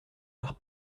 par